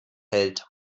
hält